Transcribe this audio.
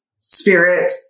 spirit